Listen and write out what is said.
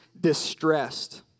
distressed